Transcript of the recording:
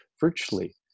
virtually